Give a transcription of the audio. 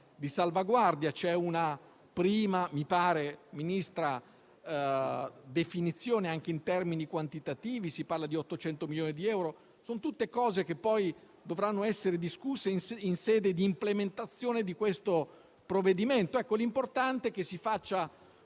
ci sia una prima definizione anche in termini quantitativi: si parla di 800 milioni di euro. Sono tutte cose che poi dovranno essere discusse in sede di implementazione di questo provvedimento. L'importante è che si faccia